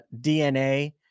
DNA